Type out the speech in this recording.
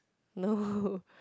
no